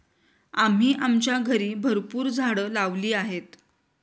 आम्ही आमच्या घरी भरपूर झाडं लावली आहेत